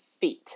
feet